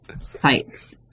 sites